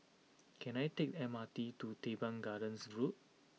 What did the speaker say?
can I take M R T to Teban Gardens Road